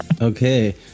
Okay